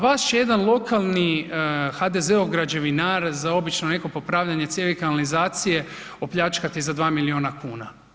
Vas će jedan lokalni HDZ-ov građevinar za obično neko popravljanje cijevi kanalizacije opljačkati za 2 milijuna kuna.